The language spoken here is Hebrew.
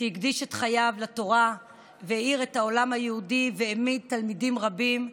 שהקדיש את חייו לתורה והאיר את העולם היהודי והעמיד תלמידים רבים.